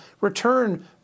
return